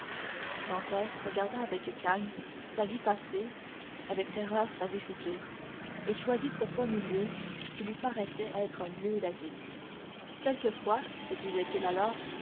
regarda avec calme sa vie passée avec terreur sa vie future et choisit ce point milieu qui lui paraissait être un lieu d'asile quelquefois se disait-il alors